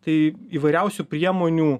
tai įvairiausių priemonių